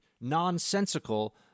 nonsensical